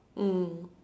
mm